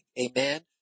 Amen